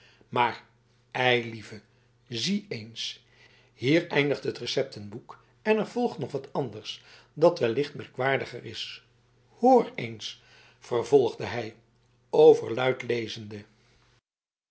maar eilieve zie eens hier eindigt het receptenboek en er volgt nog wat anders dat wellicht merkwaardiger is hoor eens vervolgde hij overluid lezende